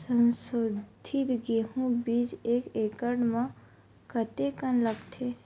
संसोधित गेहूं बीज एक एकड़ म कतेकन लगथे?